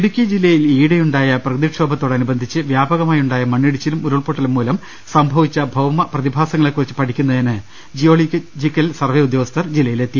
ഇടുക്കി ജില്ലയിൽ ഈയിടെയുണ്ടായ പ്രകൃതിക്ഷോഭ ത്തോടനുബന്ധിച്ച് വ്യാപകമായുണ്ടായ മണ്ണിടിച്ചിലും ഉരുൾപൊട്ടലും മൂലം സംഭവിച്ച ഭൌമ പ്രതിഭാസങ്ങളെക്കുറിച്ച് പഠിക്കുന്നതിന് ജിയോളജിക്കൽ സർവ്വെ ഉദ്യോഗസ്ഥർ ജില്ലയിലെത്തി